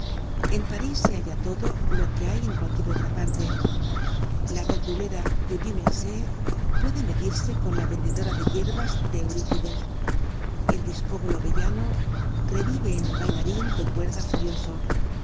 en parís se halla todo lo que hay en cualquier otra parte la verdulera de dumarsais puede medirse con la vendedora de yerbas de eurípides el discobolo veyano revive en el bailarin de cuerda forioso